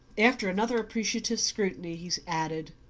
after another appreciative scrutiny he added